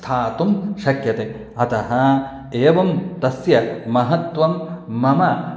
स्थातुं शक्यते अतः एवं तस्य महत्त्वं मम